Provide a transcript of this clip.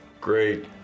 great